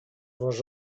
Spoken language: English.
was